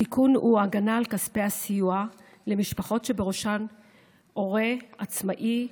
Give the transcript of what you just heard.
התיקון הוא הגנה על כספי הסיוע למשפחה שבראשה הורה עצמאי,